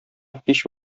һич